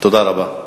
תודה רבה.